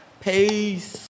Peace